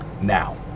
now